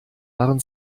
waren